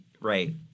Right